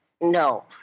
No